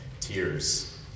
Tears